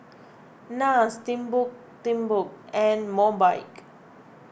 Nars Timbuk Timbuk and Mobike